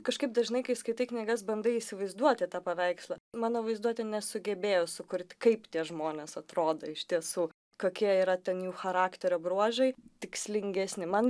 kažkaip dažnai kai skaitai knygas bandai įsivaizduoti tą paveikslą mano vaizduotė nesugebėjo sukurti kaip tie žmonės atrodo iš tiesų kokie yra ten jų charakterio bruožai tikslingesni man